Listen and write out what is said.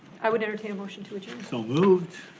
i would entertain a motion to adjourn. so moved.